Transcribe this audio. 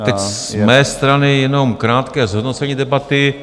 Teď z mé strany jenom krátké zhodnocení debaty.